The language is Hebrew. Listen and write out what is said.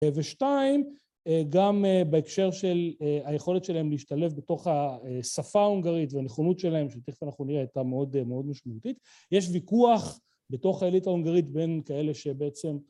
ושתיים, גם בהקשר של היכולת שלהם להשתלב בתוך השפה ההונגרית והנכונות שלהם, שתיכף אנחנו נראה הייתה מאוד...מאוד משמעותית יש ויכוח בתוך העליתה ההונגרית בין כאלה שבעצם